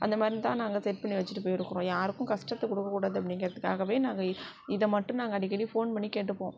அந்த மாதிரிதான் நாங்கள் செட் பண்ணி வச்சுட்டு போயிருக்கோம் யாருக்கும் கஷ்டத்த கொடுக்க கூடாது அப்படிங்கறதுக்காகவே நாங்கள் இதை மட்டும் நாங்கள் அடிக்கடி ஃபோன் பண்ணி கேட்டுப்போம்